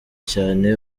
cyane